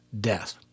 Death